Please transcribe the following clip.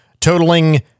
totaling